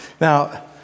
Now